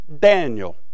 Daniel